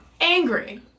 Angry